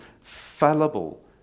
fallible